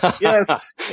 Yes